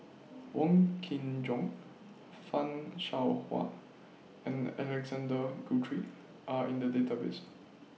Wong Kin Jong fan Shao Hua and Alexander Guthrie Are in The Database